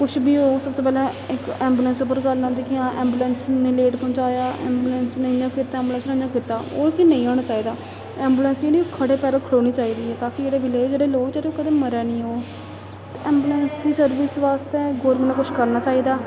कुछ बी होग सब तू पैह्लें इक ऐंबुलेंस उप्पर गल्ल आंदी कि हां ऐंबुलेंस इन्नी लेट पुजाया ऐंबुलेंस नेईं की ऐंबुलेंस नेईं कीता ओह् के नेईं होना चाहिदा ऐंबुलेंस जेह्ड़ी ओह् खड़े पैरो खड़ोनी चाहिदी ताकि जेह्ड़े विलेज जेह्ड़े लोक ओह् कदें मरै निं ओ ते ऐंबुलेंस दी सर्विसा बास्तै गौरमेंट ने कुछ करना चाहिदा